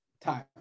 time